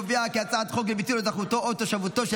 הצעת חוק לביטול אזרחותו או תושבותו של